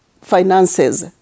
finances